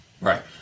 Right